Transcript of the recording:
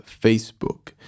Facebook